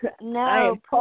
no